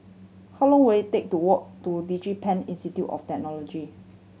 how long will it take to walk to DigiPen Institute of Technology